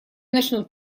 начнут